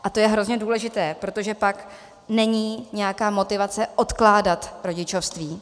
A to je hrozně důležité, protože pak není nějaká motivace odkládat rodičovství.